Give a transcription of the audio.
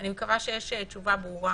אני מקווה שיש תשובה ברורה